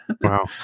wow